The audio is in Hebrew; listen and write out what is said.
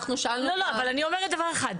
אני אומרת דבר אחד,